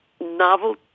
novel